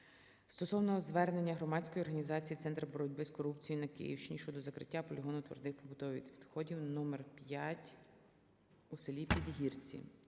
стосовно звернення громадської організації "Центр боротьби з корупцією на Київщині" щодо закриття полігону твердих побутових відходів № 5 у селі Підгірці.